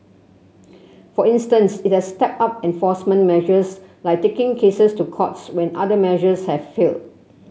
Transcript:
for instance it has stepped up enforcement measures like taking cases to courts when other measures have failed